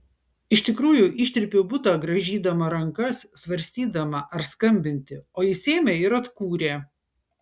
iš tikrųjų ištrypiau butą grąžydama rankas svarstydama ar skambinti o jis ėmė ir atkūrė